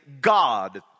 God